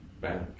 bank